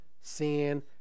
Sin